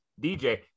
DJ